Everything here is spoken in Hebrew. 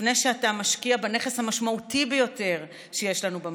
לפני שאתה משקיע בנכס המשמעותי ביותר שיש לנו במדינה?